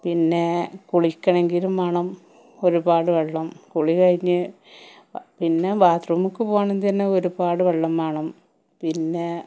പിന്നേ കുളിണമെങ്കിലും വേണം ഒരുപാട് വെള്ളം കുളി കഴിഞ്ഞ് പിന്നെ ബാത്റൂമിൽ പോവാനും തന്നെ ഒരുപാട് വെള്ളം വേണം പിന്നെ